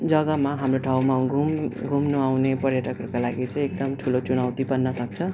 जग्गामा हाम्रो ठाउँमा घुम्नु घुम्नु आउने पर्यटकहरूका लागि चाहिँ एकदम ठुलो चुनौती बन्नसक्छ